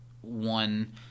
one